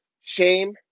Shame